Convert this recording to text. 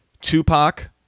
Tupac